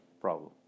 problem